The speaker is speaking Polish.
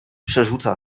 przerzuca